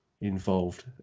involved